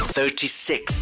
Thirty-six